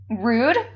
rude